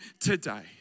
today